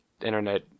internet